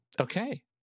Okay